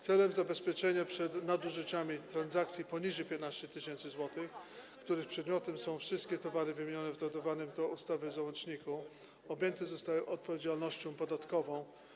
Celem zabezpieczenia przed nadużyciami transakcje poniżej 15 tys. zł, którym przedmiotem są wszystkie towary wymienione w dodawanym do ustawy załączniku, objęte zostają odpowiedzialnością podatkową.